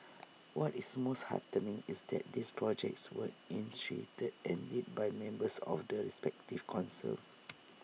what is most heartening is that these projects were initiated and led by members of the respective councils